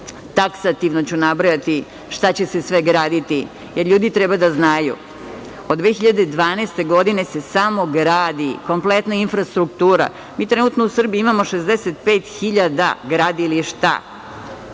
Taksativno ću nabrojati šta će se sve graditi, jer ljudi treba da znaju. Od 2012. godine se samo gradi kompletna infrastruktura. Mi trenutno u Srbiji imamo 65.000 gradilišta.